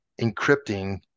encrypting